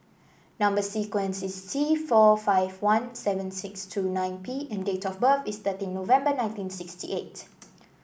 number sequence is T four five one seven six two nine P and date of birth is thirteen November nineteen sixty eight